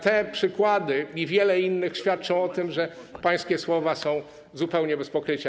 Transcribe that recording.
Te przykłady i wiele innych świadczą o tym, że pańskie słowa są zupełnie bez pokrycia.